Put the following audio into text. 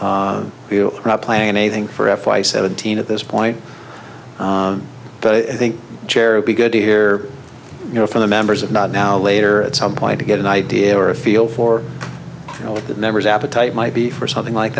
not planning anything for f y seventeen at this point but i think charity good to hear you know from the members of not now later at some point to get an idea or a feel for you know what the numbers appetite might be for something like